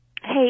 Hey